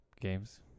games